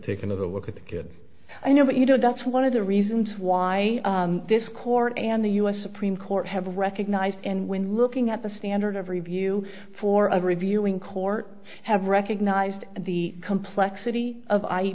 another look at the kid i know but you know that's one of the reasons why this court and the u s supreme court have recognized and when looking at the standard of review for a reviewing court have recognized the complexity of